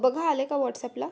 बघा आले का वॉट्सॲपला